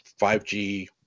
5G